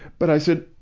but i said,